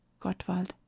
gottwald